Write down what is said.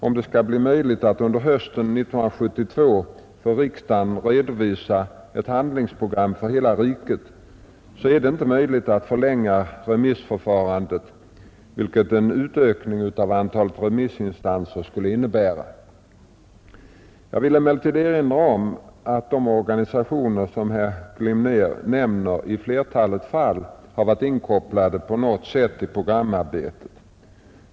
Om det skall bli möjligt att under hösten 1972 för riksdagen redovisa ett handlingsprogram för hela riket, är det inte möjligt att förlänga remissförfarandet, vilket en utökning av antalet remissinstanser skulle innebära. Jag vill emellertid erinra om att de organisationer herr Glimnér nämner i flertalet fall har varit inkopplade på något sätt i programarbetet.